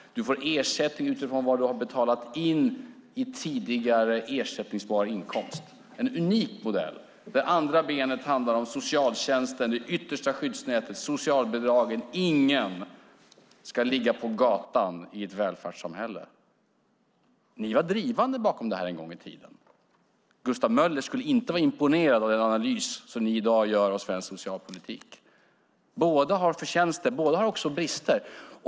Du får ersättning utifrån vad du har betalat in i tidigare ersättningsbar inkomst. Det är en unik modell. Det andra benet handlar om socialtjänsten, det yttersta skyddsnätet, socialbidragen. Ingen ska ligga på gatan i ett välfärdssamhälle. Ni var en gång i tiden drivande bakom detta. Gustav Möller skulle inte vara imponerad av den analys som ni i dag gör av svensk socialpolitik. Båda har förtjänster och båda har också brister.